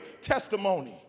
testimony